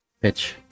pitch